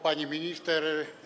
Pani Minister!